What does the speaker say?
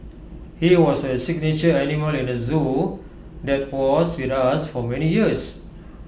he was A signature animal in the Zoo that was with us for many years